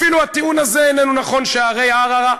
אפילו הטיעון הזה איננו נכון, שהרי ערערה,